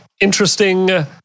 interesting